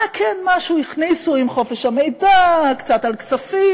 אה, כן, משהו הכניסו עם חופש המידע, קצת על כספים,